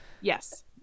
Yes